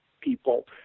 people